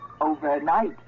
overnight